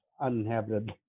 uninhabited